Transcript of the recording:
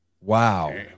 Wow